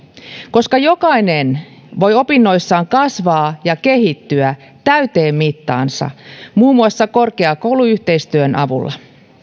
koska jokainen voi opinnoissaan kasvaa ja kehittyä täyteen mittaansa muun muassa korkeakouluyhteistyön avulla